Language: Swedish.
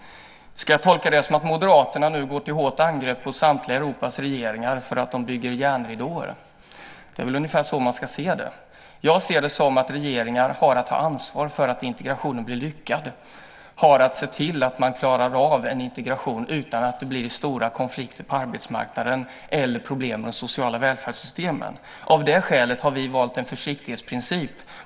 Ska jag tolka det som att Moderaterna nu går till hårt angrepp mot samtliga Europas regeringar för att de bygger järnridåer? Det är väl ungefär så man ska se det. Jag ser det som att regeringar har att ta ansvar för att integrationen blir lyckad. De har att se till att man klarar av en integration utan att det blir stora konflikter på arbetsmarknaden eller problem med de sociala välfärdssystemen. Av det skälet har vi valt en försiktighetsprincip.